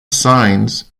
signs